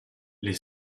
les